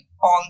on